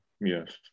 Yes